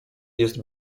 jest